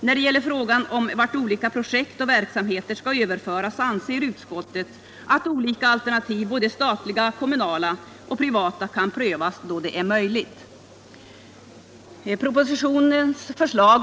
När det gäller frågan om vart olika projekt och verksamheter skall överföras, anser utskottet att olika alternativ — både statliga, kommunala och privata — kan prövas då det är möjligt.